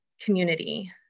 community